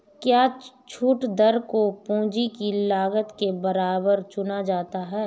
क्या छूट दर को पूंजी की लागत के बराबर चुना जाता है?